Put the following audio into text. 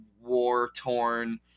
war-torn